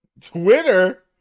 Twitter